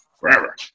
forever